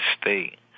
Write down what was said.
State